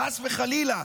חס וחלילה.